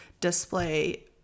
display